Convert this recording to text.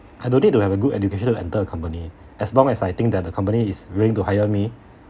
I don't need to have a good educational enter a company as long as I think that the company is going to hire me